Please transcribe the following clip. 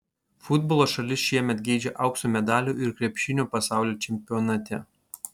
futbolo šalis šiemet geidžia aukso medalių ir krepšinio pasaulio čempionate